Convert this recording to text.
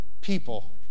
people